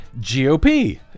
GOP